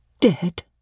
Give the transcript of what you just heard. dead